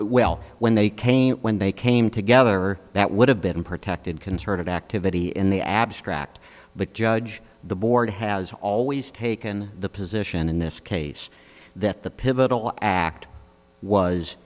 well when they came when they came together that would have been protected concerted activity in the abstract but judge the board has always taken the position in this case that the pivotal act was